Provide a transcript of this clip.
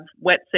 wet